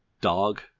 dog